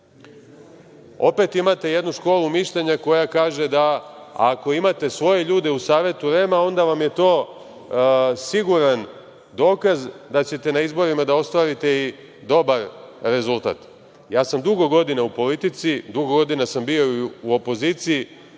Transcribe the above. imate jednu školu mišljenja koja kaže da ako imate svoje ljude u Savetu REM-a, onda vam je to siguran dokaz da ćete na izborima da ostvarite i dobar rezultat. Dugo godina sam u politici, dugo godina sam bio i u opoziciji